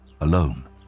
alone